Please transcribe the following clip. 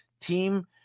team